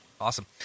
Awesome